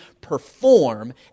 perform